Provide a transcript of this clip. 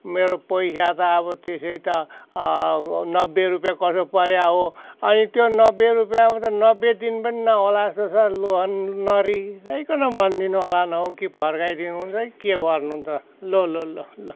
मेरो पैसा त अब त्यसै त नब्बे रुपियाँ कसो परेको हो अनि त्यो नब्बे रुपियाँमा त नब्बे दिन पनि नहोला जस्तो छ लु नरिसाइकन भनिदिनु होला न हौ कि फर्काइदिनुहुन्छ कि के गर्नुहुन्छ लु लु लु